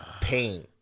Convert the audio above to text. pain